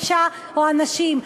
אישה או אנשים.